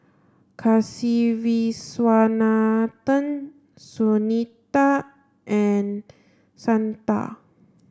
Kasiviswanathan Sunita and Santha